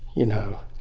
you know.